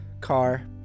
car